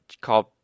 called